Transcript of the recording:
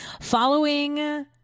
following